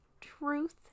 truth